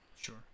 Sure